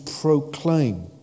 proclaim